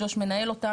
ג'וש מנהל אותה.